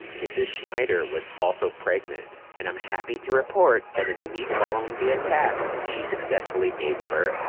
mrs. schneider was also pregnant. and i'm happy to report, that in the week following the attack, she successfully gave birth.